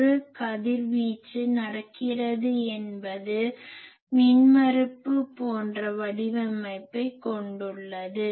ஒரு கதிர்வீச்சு நடக்கிறது என்பது மின்மறுப்பு போன்ற வடிவமைப்பை கொண்டுள்ளது